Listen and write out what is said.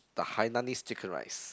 the Hainanese Chicken Rice